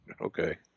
Okay